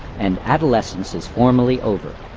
and adolescence is formally over.